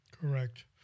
Correct